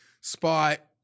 spot